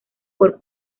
por